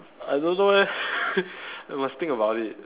I don't know leh I must think about it